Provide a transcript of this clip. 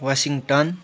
Washington